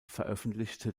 veröffentlichte